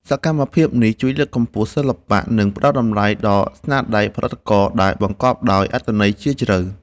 សកម្មភាពនេះជួយលើកកម្ពស់សិល្បៈ និងផ្ដល់តម្លៃដល់ស្នាដៃផលិតករដែលបង្កប់ដោយអត្ថន័យជ្រាលជ្រៅ។